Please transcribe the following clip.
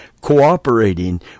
cooperating